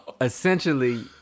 essentially